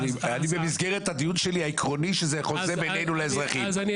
במסגרת הדיון העקרוני שזה חוזה בינינו לאזרחים,